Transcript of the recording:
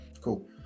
cool